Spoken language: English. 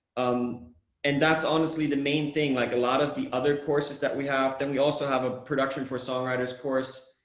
um and that's honestly the main thing, like a lot of the other courses that we have then we also have a production for songwriters course,